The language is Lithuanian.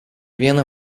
vieną